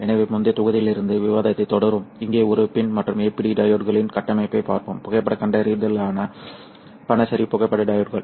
எனவே முந்தைய தொகுதியிலிருந்து விவாதத்தைத் தொடருவோம் இங்கே ஒரு PIN மற்றும் APD டையோட்களின் கட்டமைப்பைப் பார்ப்போம் புகைப்படக் கண்டறிதலுக்கான பனிச்சரிவு புகைப்பட டையோட்கள்